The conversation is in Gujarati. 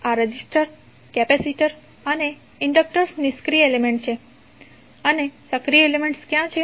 આ રેઝિસ્ટર કેપેસિટર અને ઇન્ડક્ટર્સ નિષ્ક્રિય એલિમેન્ટ છે અને સક્રિય એલિમેન્ટ ક્યા છે